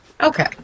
Okay